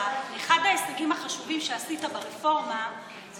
אחד ההישגים החשובים שעשית ברפורמה זה